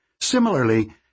Similarly